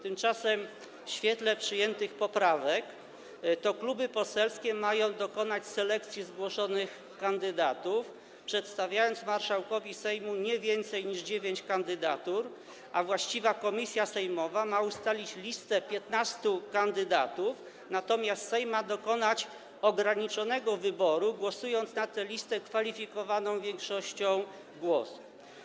Tymczasem w świetle przyjętych poprawek to kluby poselskie mają dokonać selekcji zgłoszonych kandydatów, przedstawiając marszałkowi Sejmu nie więcej niż 9 kandydatur, a właściwa komisja sejmowa ma ustalić listę 15 kandydatów, natomiast Sejm ma dokonać ograniczonego wyboru, głosując na tę listę kwalifikowaną większością głosów.